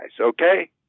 okay